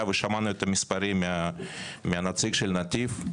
ושמענו את המספרים מהנציג של נתיב.